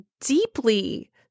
deeply